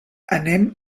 anem